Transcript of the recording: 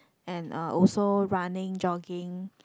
and uh also running jogging